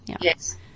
yes